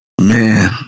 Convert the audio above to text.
Man